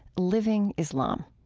living islam.